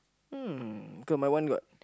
um because my one got